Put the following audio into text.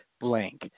blank